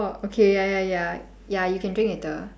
okay ya ya ya ya you can drink later